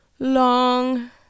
Long